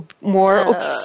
more